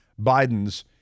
Bidens